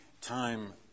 time